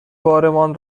بارمان